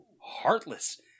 heartless